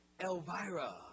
Elvira